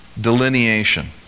delineation